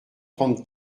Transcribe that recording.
trente